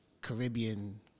Caribbean